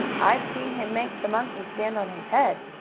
i've seen him make the monkey stand on his head.